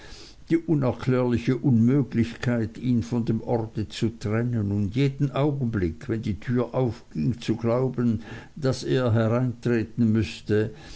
die unerklärliche unmöglichkeit ihn von dem orte zu trennen und jeden augenblick wenn die türe aufging zu glauben daß er hereintreten müßte